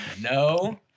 No